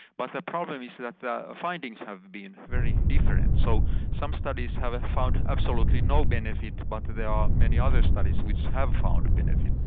but the problem is that the findings have been very different. so some studies have found absolutely no benefit, but there are many other studies which have found a benefit.